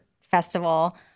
Festival